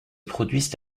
produisent